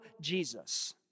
Jesus